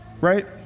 Right